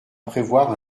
prévoir